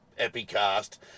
epicast